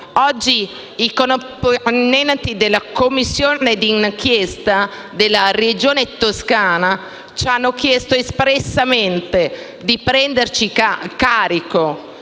Oggi i componenti della commissione d'inchiesta della Regione Toscana ci hanno chiesto espressamente di prenderci carico